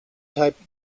type